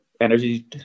energy